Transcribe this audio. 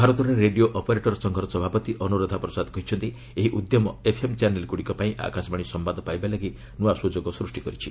ଭାରତରେ radio operator ସଂଘର ସଭାପତି ଅନୁରାଧା ପ୍ରସାଦ କହିଛନ୍ତି ଏହି ଉଦ୍ୟମ ଏଫ୍ଏମ୍ ଚ୍ୟାନେଲ୍ଗୁଡ଼ିକପାଇଁ ଆକାଶବାଣୀ ସମ୍ଭାଦ ପାଇବା ଲାଗି ନୂଆ ସୁଯୋଗ ସୃଷ୍ଟି କରିଛି